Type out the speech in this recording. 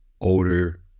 older